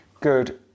Good